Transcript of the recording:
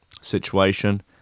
situation